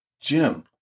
Jim